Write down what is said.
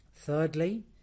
Thirdly